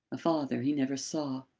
a father he never saw.